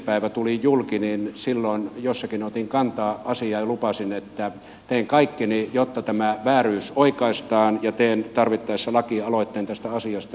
päivä tuli julki niin silloin jossakin otin kantaa asiaan ja lupasin että teen kaikkeni jotta tämä vääryys oikaistaan ja teen tarvittaessa lakialoitteen tästä asiasta